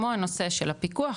כמו הנושא של הפיקוח,